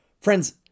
Friends